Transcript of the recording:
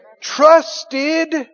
Trusted